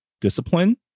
discipline